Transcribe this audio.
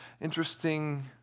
interesting